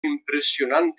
impressionant